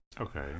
Okay